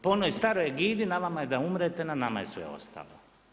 Po onoj staroj egidi „na vama je da umrete, na nama je sve ostalo“